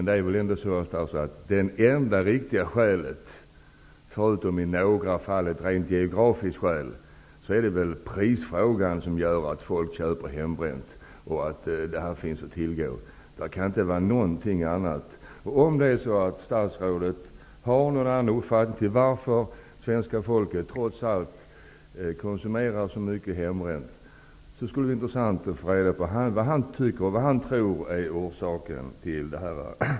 Det enda riktiga skälet -- förutom i några fall där det är ett rent geografiskt skäl -- till att folk köper hembränt och att hembränt finns att tillgå är väl ändå det höga priset. Det kan inte vara något annat. Om statsrådet har en annan uppfattning om varför svenska folket trots allt konsumerar så mycket hembränt, skulle det vara intressant att få reda på vad han tror är orsaken till detta.